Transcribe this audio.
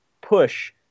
push